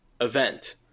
event